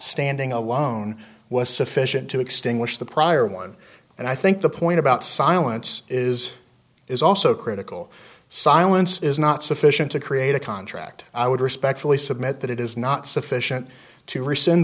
standing alone was sufficient to extinguish the prior one and i think the point about silence is is also critical silence is not sufficient to create a contract i would respectfully submit that it is not sufficient to rescind